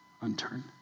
unturned